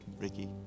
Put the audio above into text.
Ricky